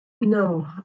No